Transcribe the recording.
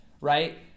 right